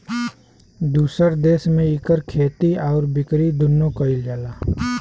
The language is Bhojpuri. दुसर देस में इकर खेती आउर बिकरी दुन्नो कइल जाला